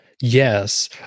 Yes